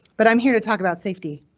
but i'm here to talk about safety.